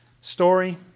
story